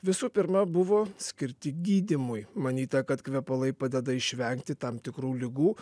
visų pirma buvo skirti gydymui manyta kad kvepalai padeda išvengti tam tikrų ligų